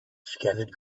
scattered